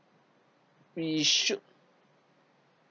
we should